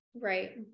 Right